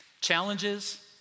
challenges